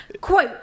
Quote